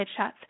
headshots